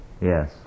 Yes